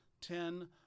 ten